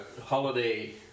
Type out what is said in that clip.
holiday